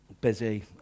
busy